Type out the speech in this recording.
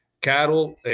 cattle